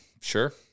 sure